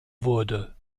wurde